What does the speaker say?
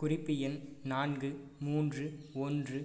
குறிப்பு எண் நான்கு மூன்று ஒன்று